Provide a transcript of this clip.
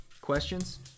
Questions